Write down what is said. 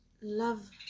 Love